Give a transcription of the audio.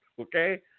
okay